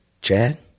Chad